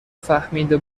فهمیده